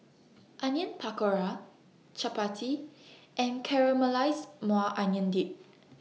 Onion Pakora Chapati and Caramelized Maui Onion Dip